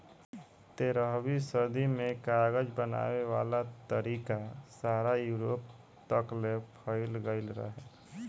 तेरहवीं सदी में कागज बनावे वाला तरीका सारा यूरोप तकले फईल गइल रहे